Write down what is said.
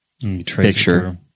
picture